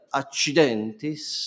accidentis